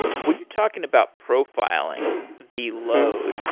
when you're talking about profiling the load,